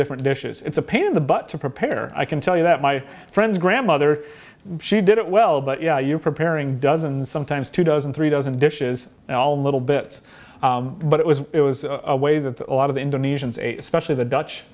different dishes it's a pain in the butt to prepare i can tell you that my friend's grandmother she did it well but you know you're preparing doesn't sometimes two dozen three dozen dishes well little bits but it was it was a way that the a lot of the indonesians especially the dutch